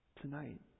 Tonight